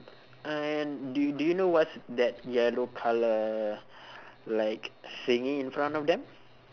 and do do you know what's that yellow colour like thingy in front of them